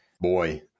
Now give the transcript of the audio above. boy